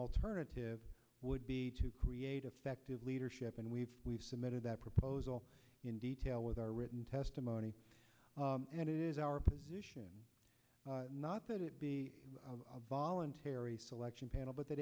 alternative would be to create effective leadership and we've we've submitted that proposal in detail with our written testimony and it is our position not that it be of voluntary selection panel but that